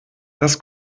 das